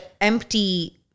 empty